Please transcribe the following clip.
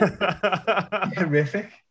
horrific